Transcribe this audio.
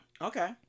Okay